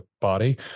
body